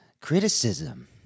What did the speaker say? criticism